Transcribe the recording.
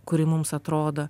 kuri mums atrodo